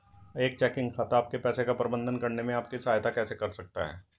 एक चेकिंग खाता आपके पैसे का प्रबंधन करने में आपकी सहायता कैसे कर सकता है?